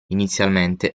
inizialmente